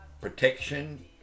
protection